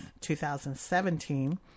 2017